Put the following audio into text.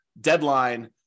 deadline